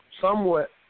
somewhat